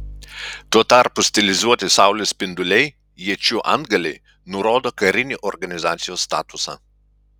tuo tarpu stilizuoti saulės spinduliai iečių antgaliai nurodo karinį organizacijos statusą